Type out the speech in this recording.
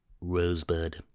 Rosebud